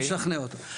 אני אשכנע אותו.